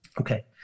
Okay